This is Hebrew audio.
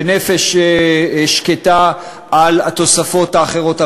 בנפש שקטה על התוספות האחרות,